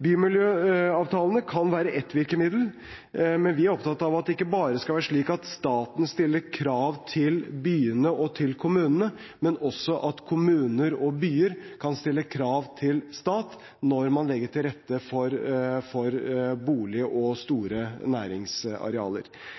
Bymiljøavtalene kan være ett virkemiddel. Vi er opptatt av at det ikke bare er staten som stiller krav til byene og til kommunene, men at også kommuner og byer kan stille krav til staten når man legger til rette for boliger og store næringsarealer.